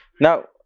Now